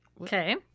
Okay